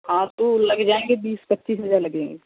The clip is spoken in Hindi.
हाँ तो लग जाएँगे बीस पच्चीस हज़ार लगेंगे